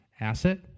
asset